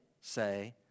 say